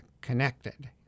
connected